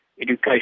education